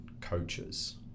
coaches